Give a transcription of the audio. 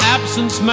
Absence